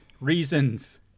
reasons